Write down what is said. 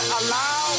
allow